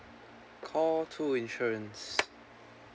call two insurance